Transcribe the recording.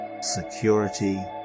security